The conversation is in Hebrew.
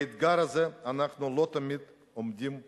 באתגר הזה אנחנו לא תמיד עומדים בכבוד.